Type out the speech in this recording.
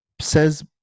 says